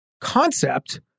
concept